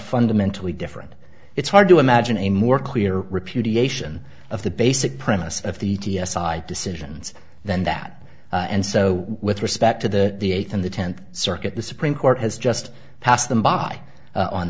fundamentally different it's hard to imagine a more clear repudiation of the basic premise of the t s i decisions than that and so with respect to the the eighth and the tenth circuit the supreme court has just passed them by on